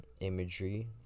imagery